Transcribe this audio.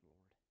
Lord